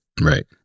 Right